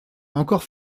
encore